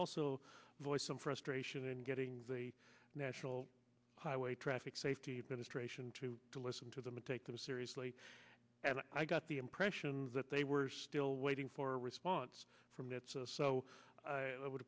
also voiced some frustration in getting the national highway traffic safety administration to listen to them and take them seriously and i got the impression that they were still waiting for a response from that so so i would